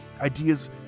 ideas